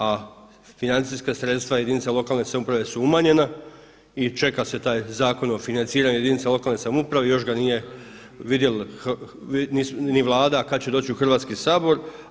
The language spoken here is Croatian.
A financijska sredstva jedinica lokalne samouprave su umanjena i čeka se taj Zakon o financiranju jedinica lokalne samouprave i još ga nije vidjela ni Vlada, a kad će doći u Hrvatski sabor.